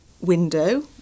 window